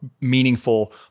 meaningful